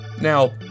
Now